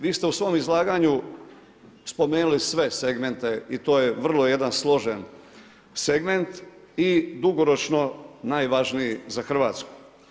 Vi ste u svom izlaganju spomenuli sve segmente i to je vrlo jedan složen segment i dugoročno najvažniji za Hrvatsku.